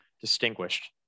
Distinguished